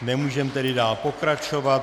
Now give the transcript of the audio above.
Nemůžeme tedy dál pokračovat.